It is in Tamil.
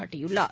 சாட்டியுள்ளார்